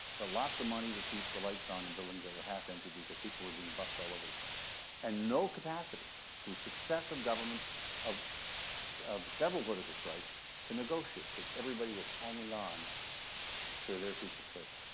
but lots of money to keep the lights on in buildings that were half empty because people were bussed all over the place and no capacity through successive governments of of several political stripes to negotiate because everybody was hanging on to their piece of turf.